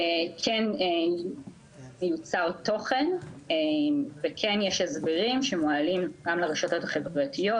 כן מיוצר תוכן וכן יש הסברים שמועלים גם לרשתות החברתיות,